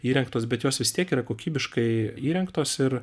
įrengtos bet jos vis tiek yra kokybiškai įrengtos ir